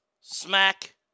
smack